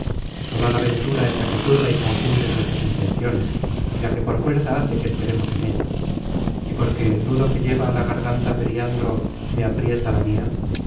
mirando sola la ventura es la que turba y confunde nuestras intenciones y la que por fuerza hace que esperemos en ella y porque el nudo que lleva á la garganta periandro me aprieta la mia